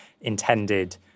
intended